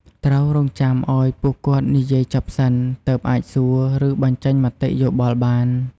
ត្រូវរង់ចាំឲ្យពួកគាត់និយាយចប់សិន ទើបអាចសួរ ឬបញ្ចេញមតិយោបល់បាន។